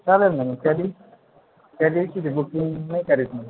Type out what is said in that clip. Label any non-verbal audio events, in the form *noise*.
चालेल ना मी कधी कधीची बुकिंग *unintelligible*